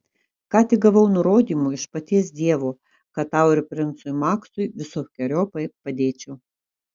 ką tik gavau nurodymų iš paties dievo kad tau ir princui maksui visokeriopai padėčiau